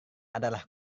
adalah